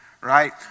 right